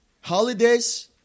Holidays